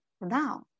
now